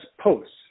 posts